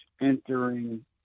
entering